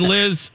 Liz